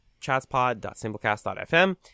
chatspod.simplecast.fm